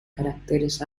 caracteres